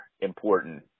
important